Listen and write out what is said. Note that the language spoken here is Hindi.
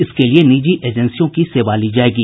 इसके लिए निजी एजेंसियों की सेवा ली जायेगी